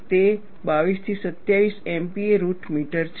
તે 22 થી 27 MPa root metre છે